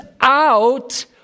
out